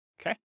Okay